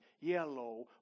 Yellow